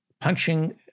punching